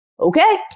okay